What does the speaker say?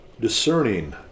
discerning